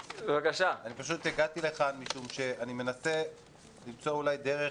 אני הגעתי לכאן משום שאני מנסה למצוא אולי דרך